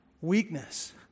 Weakness